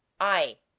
i.